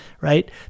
right